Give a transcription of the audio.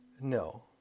No